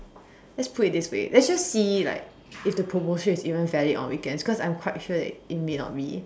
let's put it this way let's just see like if the promotion is even valid on weekends cause I'm quite sure that it may not be